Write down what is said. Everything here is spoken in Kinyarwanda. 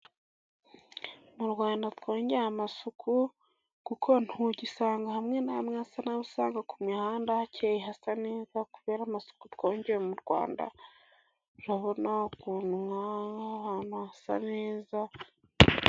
Mu Rwanda twongeye amasuku, kuko ntugisanga hamwe na hamwe hasa nabi, usanga ku mihanda hakeye hasa neza kubera amasuku twongeye, mu Rwanda urabona ukuntu ahantu hasa neza.